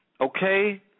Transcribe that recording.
okay